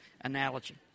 analogy